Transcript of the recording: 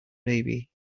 baby